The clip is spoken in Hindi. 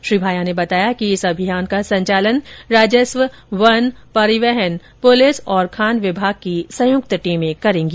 श्री भाया ने बताया कि इस अभियान का संचालन राजस्व वन परिवहन पुलिस और खान विभाग की संयुक्त टीमें करेंगी